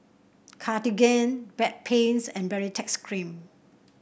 Cartigain Bedpans and Baritex Cream